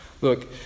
Look